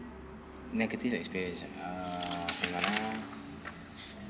negative experience ah uh hang on ah